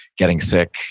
getting sick,